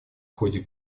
ходе